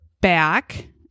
back